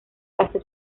hace